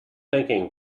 thinking